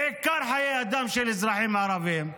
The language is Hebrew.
בעיקר חיי אדם של אזרחים ערבים,